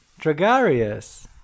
Dragarius